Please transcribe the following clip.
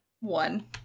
one